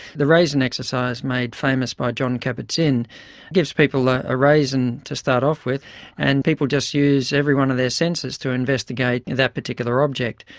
the raisin exercise made famous by jon kabat-zinn gives people a raisin to start off with and people just use every one of their senses to investigate that particular object.